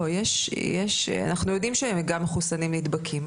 אנחנו יודעים שגם מחוסנים נדברים,